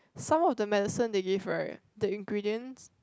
some of the medicine they give right the ingredients